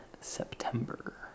September